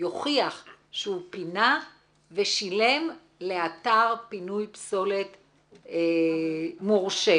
שהוא פינה ושילם לאתר פינוי פסולת מורשה.